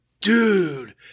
dude